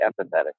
empathetic